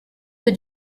que